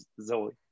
Zoe